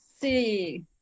see